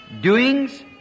doings